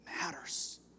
matters